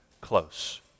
close